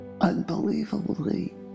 unbelievably